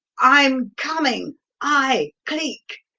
i'm coming i cleek!